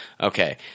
Okay